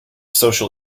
social